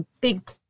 big